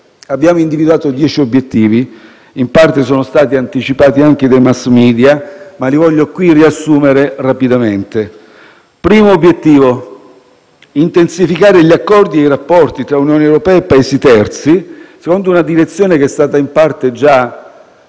Abbiamo individuato dieci obiettivi, che in parte sono stati anticipati dai *mass media* e che voglio qui riassumere rapidamente. Primo obiettivo: intensificare gli accordi e i rapporti tra Unione europea e Paesi terzi, secondo una direzione che viene già